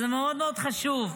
וזה מאוד מאוד חשוב.